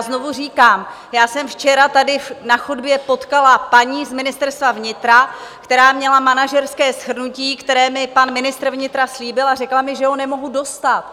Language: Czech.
Znovu říkám, já jsem včera tady na chodbě potkala paní z Ministerstva vnitra, která měla manažerské shrnutí, které mi pan ministr vnitra slíbil, a řekla mi, že ho nemohu dostat.